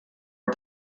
are